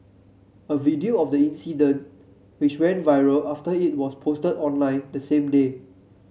a video of the incident which went viral after it was posted online the same day